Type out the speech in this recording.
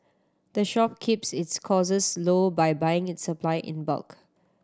the shop keeps its costs low by buying its supply in bulk